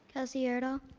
elsie erdahl.